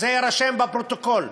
שזה יירשם בפרוטוקול,